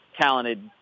talented